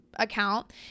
account